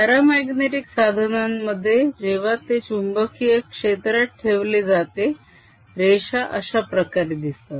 paramagnetic साधनांमध्ये जेव्हा ते चुंबकीय क्षेत्रात ठेवले जाते रेषा अशाप्रकारे दिसतात